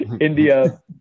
India